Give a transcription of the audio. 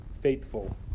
faithful